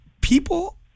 people